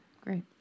Great